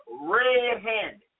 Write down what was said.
red-handed